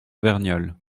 verniolle